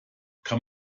kann